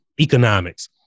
economics